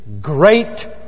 great